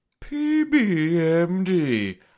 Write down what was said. PBMD